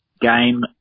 game